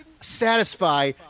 satisfy